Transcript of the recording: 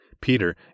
Peter